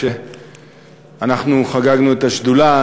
שאנחנו חגגנו בשדולה,